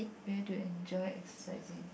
where do you enjoy exercising